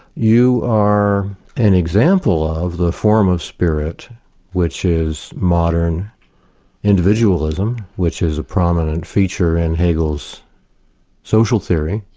you are an example of the form of spirit which is modern individualism, which is a prominent feature in hegel's social theory,